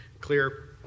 clear